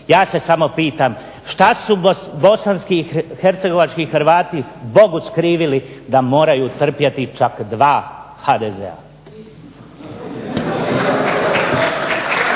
Ja se samo pitam što su Bosanski i Hercegovački hrvati Bogu skrivili da moraju trpjeti čak dva HDZ-a.